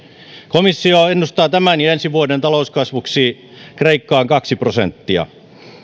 komissio ennustaa tämän ja ensi vuoden talouskasvuksi kreikkaan kaksi prosenttia